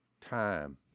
time